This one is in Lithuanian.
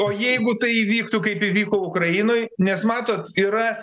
o jeigu tai įvyktų kaip įvyko ukrainoj nes matot yra